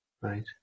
Right